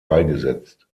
beigesetzt